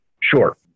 Sure